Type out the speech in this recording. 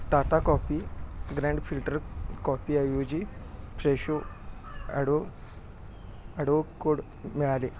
Tata coffee grand filter कॉफीऐवजी फ्रेशो ॲडो अडोकोड मिळाले